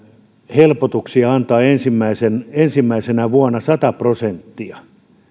helpotuksia antaa ensimmäisenä vuonna sata prosenttia